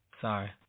sorry